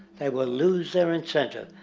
they would loose their incentive.